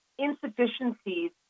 Insufficiencies